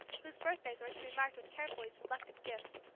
whose birthdays were to be marked with carefully selected gifts.